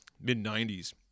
mid-90s